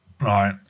Right